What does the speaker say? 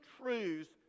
truths